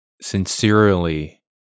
sincerely